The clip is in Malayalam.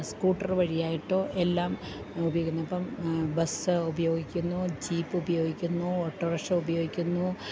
സ്കൂട്ടർ വഴിയായിട്ടോ എല്ലാം ഉപയോഗിക്കുന്നു അപ്പോള് ബസ്സ് ഉപയോഗിക്കുന്നു ജീപ്പുപയോഗിക്കുന്നു ഓട്ടോ റിക്ഷ ഉപയോഗിക്കുന്നു